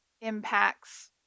impacts